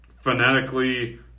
phonetically